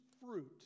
fruit